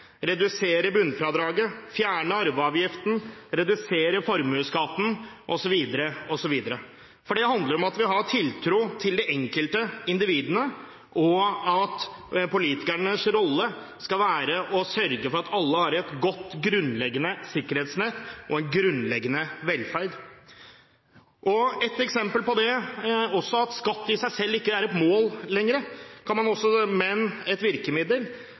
redusere bunnfradraget, fjerne arveavgiften, redusere formuesskatten osv. Det handler om at man har tiltro til enkeltindividet, og at politikernes rolle skal være å sørge for at alle har et godt grunnleggende sikkerhetsnett og en grunnleggende velferd. Et eksempel på at skatt i seg selv ikke er et mål